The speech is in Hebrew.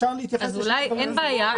אין בעיה,